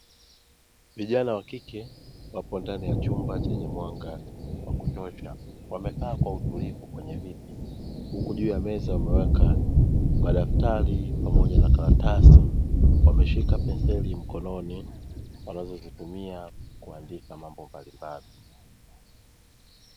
Vijana wa kike wapo ndani ya chumba chenye mwanga wa kutosha wamekaa kwa utulivu kwenye viti huku juu ya meza wameweka madaftari pamoja na karatasi wameshika penseli mkononi wanazozitumia kuandika mambo mbalimbali.